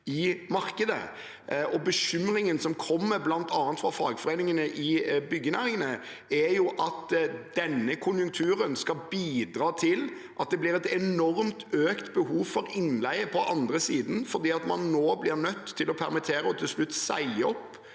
i markedet. Bekymringen, som bl.a. kommer fra fagforeningene i byggenæringene, er at denne konjunkturen skal bidra til at det blir et enormt økt behov for innleie på andre siden, fordi man nå blir nødt til å permittere – og til slutt si opp